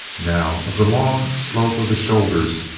now, of the long slope of the shoulders,